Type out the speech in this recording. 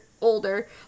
older